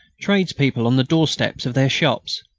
tradespeople on the doorsteps of their shops,